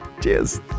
Cheers